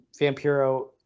Vampiro